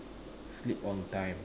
sleep on time